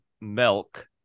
milk